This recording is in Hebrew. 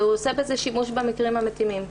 והוא עושה בזה שימוש במקרים המתאימים.